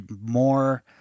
more